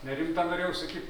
na ir jum tą norėjau sakyt